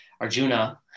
Arjuna